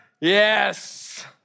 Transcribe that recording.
Yes